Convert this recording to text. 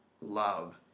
love